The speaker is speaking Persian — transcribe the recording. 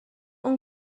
اون